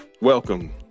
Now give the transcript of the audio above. Welcome